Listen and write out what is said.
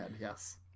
yes